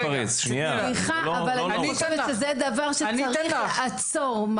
אבל אני חושבת שזה דבר שצריך לעצור.